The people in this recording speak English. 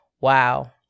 Wow